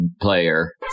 player